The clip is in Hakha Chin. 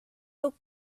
tuk